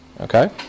okay